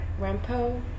Rampo